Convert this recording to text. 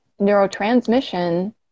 neurotransmission